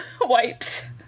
wipes